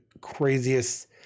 craziest